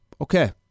okay